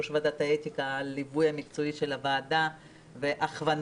ועדת האתיקה על הליווי המקצועי של הוועדה וההכוונה,